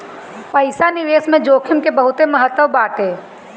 पईसा निवेश में जोखिम के बहुते महत्व बाटे